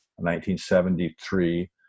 1973